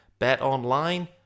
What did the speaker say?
BetOnline